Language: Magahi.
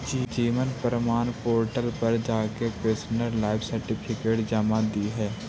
जीवन प्रमाण पोर्टल पर जाके पेंशनर लाइफ सर्टिफिकेट जमा दिहे